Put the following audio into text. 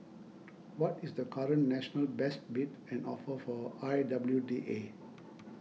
what is the current national best bid and offer for I W D A